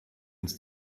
ins